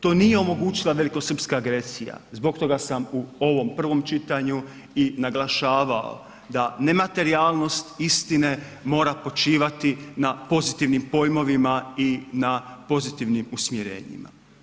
To nije omogućila velikosrpska agresija, zbog toga sam u ovom prvom čitanju i naglašavao da nematerijalnost istine mora počivati na pozitivnim pojmovima i na pozitivnim usmjerenjima.